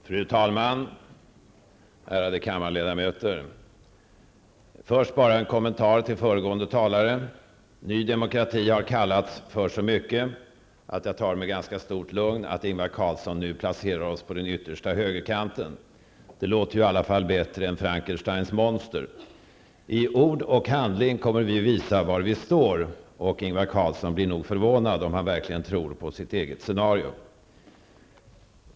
Fru talman! Ärade kammarledamöter! Låt mig först ge en kommentar till det föregående talare sade. Ny demokrati har kallats för så mycket att jag tar det med ganska stort lugn att Ingvar Carlsson nu placerar oss på den yttersta högerkanten. Det låter i varje fall bättre än Frankensteins monster. I ord och handling kommer vi att visa var vi står, och Ingvar Carlsson blir nog förvånad om han verkligen tror på sitt eget scenario.